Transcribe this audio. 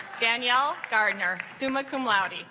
danielle gardner summa cum laude